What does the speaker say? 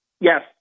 Yes